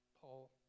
Paul